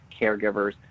caregivers